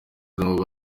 n’ubwo